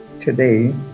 today